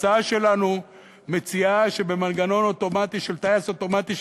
ההצעה שלנו מציעה שבמנגנון אוטומטי של טייס אוטומטי,